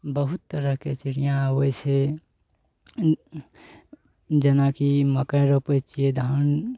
बहुत तरहके चिड़िआ अबै छै जेनाकि मकइ रोपै छियै धान